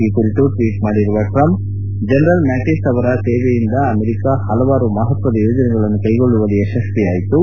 ಈ ಕುರಿತು ಟ್ವೀಟ್ ಮಾಡಿರುವ ಟ್ರಂಪ್ ಜನರಲ್ ಮ್ಯಾಟಿಸ್ ಅವರ ಸೇವೆಯಿಂದ ಅಮೆರಿಕ ಪಲವಾರು ಮಪತ್ವದ ಯೋಜನೆಗಳನ್ನು ಕೈಗೊಳ್ಳುವಲ್ಲಿ ಯಶಸ್ವಿಯಾಯಿತು